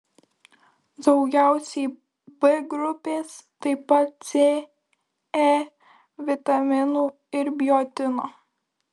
daugiausiai b grupės taip pat c e vitaminų ir biotino